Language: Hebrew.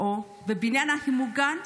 מהבניין הכי מוגן,